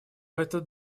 этот